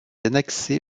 annexé